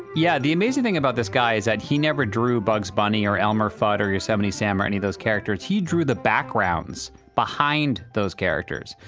yeah. the amazing thing about this guy is that he never drew bugs bunny, or elmer fudd, or yosemite sam, or any of those characters. he drew the backgrounds behind those characters.